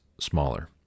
smaller